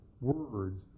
words